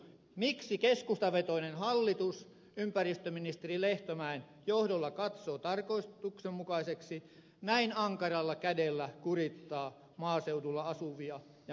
miksi keskustavetoinen hallitus ympäristöministeri lehtomäen johdolla katsoo tarkoituksenmukaiseksi näin ankaralla kädellä kurittaa maaseudulla asuvia ja mökkiläisiä